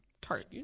Tart